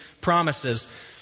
promises